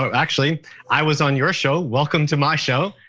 um actually i was on your show. welcome to my show.